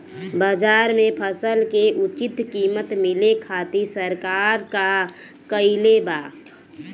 बाजार में फसल के उचित कीमत मिले खातिर सरकार का कईले बाऽ?